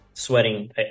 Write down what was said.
Sweating